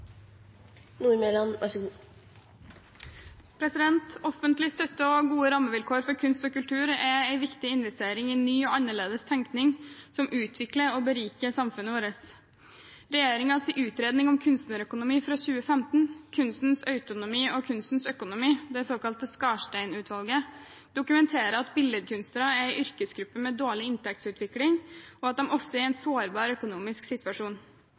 viktig investering i ny og annerledes tenkning som utvikler og beriker samfunnet vårt. Regjeringens utredning om kunstnerøkonomi fra 2015, Kunstens autonomi og kunstens økonomi, av det såkalte Skarstein-utvalget, dokumenterer at billedkunstnere er en yrkesgruppe med dårlig inntektsutvikling, og at de ofte er i en sårbar økonomisk situasjon.